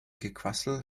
gequassel